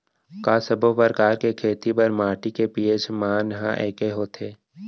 का सब्बो प्रकार के खेती बर माटी के पी.एच मान ह एकै होथे?